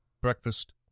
breakfast